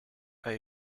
are